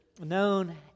known